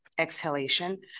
exhalation